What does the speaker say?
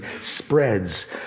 spreads